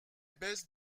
baisses